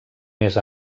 més